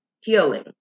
healing